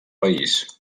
país